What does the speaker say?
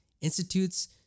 institutes